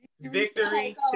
Victory